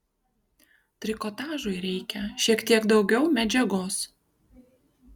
trikotažui reikia šiek teik daugiau medžiagos